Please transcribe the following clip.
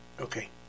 okay